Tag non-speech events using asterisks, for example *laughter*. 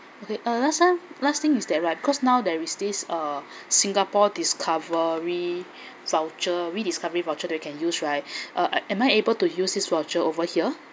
okay uh last time last thing is that right cause now there is this uh *breath* singapore discovery *breath* voucher rediscovery voucher that we can use right *breath* uh am I able to use this voucher over here